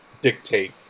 dictate